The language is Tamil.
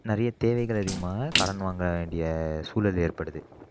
நிறைய தேவைகள் அதிகமாக கடன் வாங்க வேண்டிய சூழல் ஏற்படுது